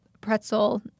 pretzel